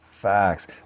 Facts